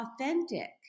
authentic